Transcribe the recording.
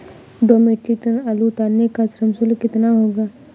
दो metric ton आलू उतारने का श्रम शुल्क कितना होगा?